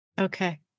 Okay